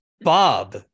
Bob